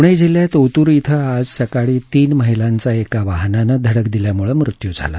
पूणे जिल्ह्यात ओतूर इथं आज सकाळी तीन महिलांचा एका वाहनानं धडक दिल्यामुळे मृत्यू झाला